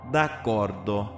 D'accordo